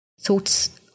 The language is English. Thoughts